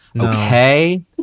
Okay